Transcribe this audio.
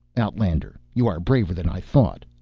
outlander, you are braver than i thought.